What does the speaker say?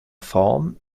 form